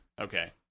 Okay